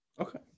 Okay